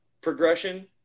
progression